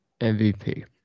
MVP